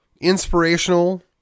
inspirational